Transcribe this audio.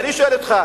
ואני שואל אותך,